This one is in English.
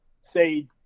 say